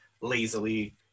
lazily